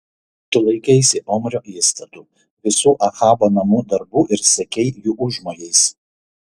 tu laikeisi omrio įstatų visų ahabo namų darbų ir sekei jų užmojais